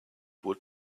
would